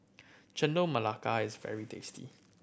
Chendol Melaka is very tasty